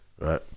Right